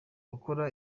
bakora